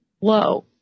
low